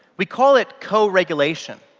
we call it co-regulation.